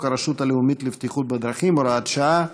הרשות הלאומית לבטיחות בדרכים (הוראת שעה)